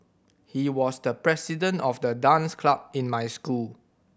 he was the president of the dance club in my school